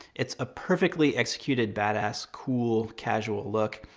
it's a perfectly executed, badass cool, casual look.